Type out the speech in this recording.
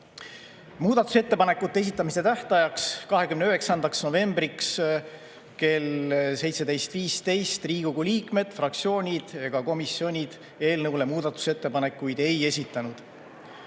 Muudatusettepanekute esitamise tähtajaks, 29. novembriks kella 17.15-ks Riigikogu liikmed, fraktsioonid ega komisjonid eelnõu kohta muudatusettepanekuid ei esitanud.